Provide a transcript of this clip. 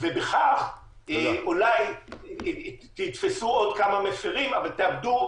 בכך אולי תתפסו עוד כמה מפרים, אבל תאבדו